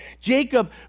Jacob